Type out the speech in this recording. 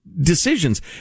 decisions